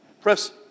Press